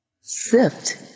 SIFT